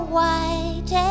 White